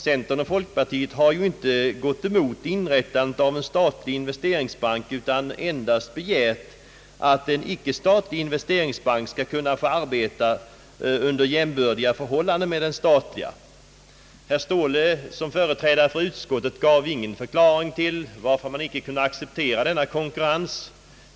Centern och folkpartiet har ju inte gått emot inrättandet av en statlig investeringsbank, utan endast begärt att en icke statlig investeringsbank skall kunna få arbeta under jämbördiga förhållanden med den statliga. Herr Ståhle gav, som företrädare för utskottet, ingen förklaring till varför man icke kunde acceptera denna konkurrens.